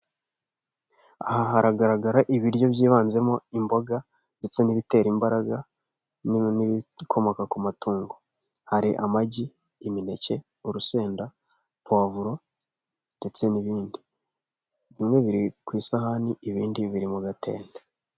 Aha hagaragara ibiryo byibanzemo imboga, ndetse n'ibitera imbaraga n'ibikomoka ku matungo. Hari amagi, imineke, urusenda, pavuro ndetse n'ibindi. Bimwe biri ku isahani, ibindi biri mu gatente.